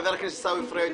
חבר הכנסת פריג'.